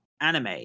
anime